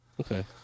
Okay